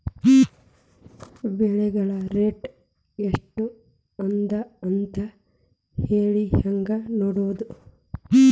ಬೆಳೆಗಳ ರೇಟ್ ಎಷ್ಟ ಅದ ಅಂತ ಹೇಳಿ ಹೆಂಗ್ ನೋಡುವುದು?